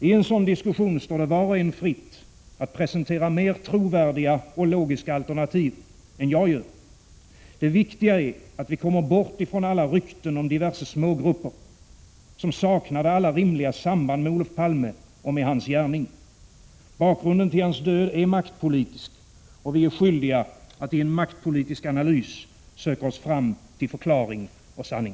I en sådan diskussion står det var och en fritt att presentera mer trovärdiga och logiska alternativ än jag gör. Det viktiga är att vi kommer bort från alla rykten om diverse smågrupper, som saknade alla rimliga samband med Olof Palme och med hans gärning. Bakgrunden till hans död är maktpolitisk, och vi är skyldiga att i en maktpolitisk analys söka oss fram till förklaring och sanning.